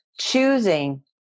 Choosing